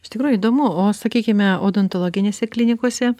iš tikrųjų įdomu o sakykime odontologinėse klinikose